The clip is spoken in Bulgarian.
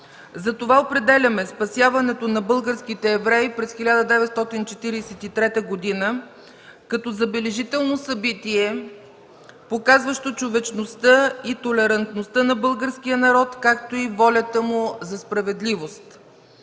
Затова определяме спасяването на българските евреи през 1943 г. като забележително събитие, показващо човечността и толерантността на българския народ, както и волята му за справедливост.